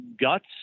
guts